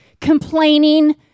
complaining